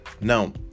Now